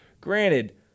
granted